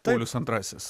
paulius antrasis